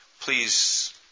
Please